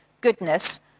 goodness